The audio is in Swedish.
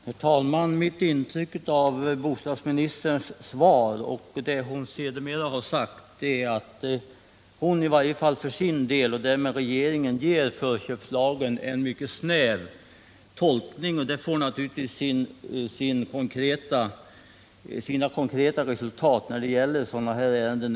Herr talman! Mitt intryck av Elvy Olssons svar och det som hon sedermera har sagt är att bostadsministern i varje fall för sin egen del, och därmed även för regeringens del, ger förköpslagen en mycket snäv tolkning. Detta leder naturligtvis till konkreta resultat även i fortsättningen när det gäller sådana här ärenden.